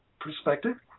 perspective